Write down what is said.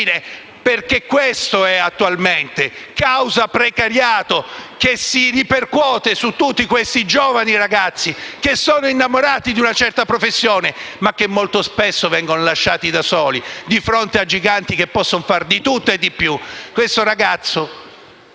Perché questo accade, attualmente, a causa del precariato che si ripercuote su tutti questi giovani ragazzi, che sono innamorati di una certa professione e che molto spesso vengono lasciati da soli di fronte a giganti che possono fare di tutto e di più. Siamo